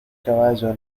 caballo